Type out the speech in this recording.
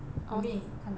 I mean 看到完